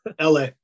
LA